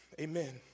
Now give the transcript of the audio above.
Amen